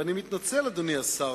ואני מתנצל, אדוני השר.